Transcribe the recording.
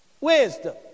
Wisdom